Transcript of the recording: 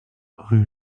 rue